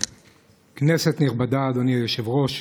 כנסת נכבדה, אדוני היושב-ראש,